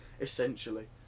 Essentially